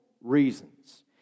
reasons